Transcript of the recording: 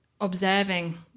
observing